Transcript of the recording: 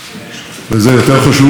אבל זה יותר חשוב: אני מקיים קשר תדיר